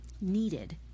needed